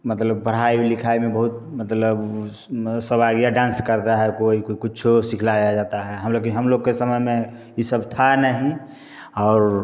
मतलब पढ़ाई लिखाई में बहुत मतलब उसमें सब आ गया डांस करता है कोई कोई कुछ सिखलाया जाता है हम लोग के हम लोग के समय में ये सब था नहीं और